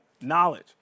knowledge